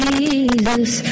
Jesus